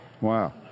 wow